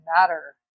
matter